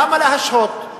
למה להשהות?